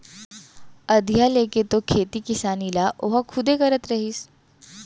अधिया लेके तो खेती किसानी ल ओहा खुदे करत रहिस